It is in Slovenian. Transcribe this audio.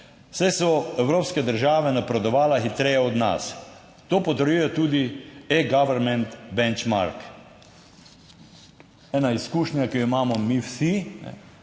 saj so evropske države napredovale hitreje od nas. To potrjuje tudi eGovernment Benchmark. Ena izkušnja, ki jo imamo mi vsi,